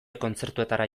kontzertuetara